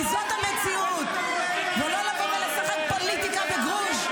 כי זאת המציאות, ולא לבוא ולשחק פוליטיקה בגרוש.